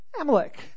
Amalek